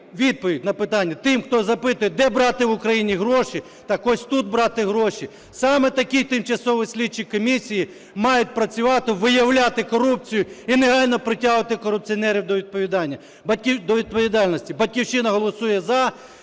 відповідь на питання, тим хто запитує – де брати в Україні гроші – так ось, тут брати гроші. Саме такі тимчасові слідчі комісії мають працювати, виявляти корупцію і негайно притягувати корупціонерів до відповідальності. "Батьківщина" голосує "за",